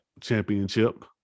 championship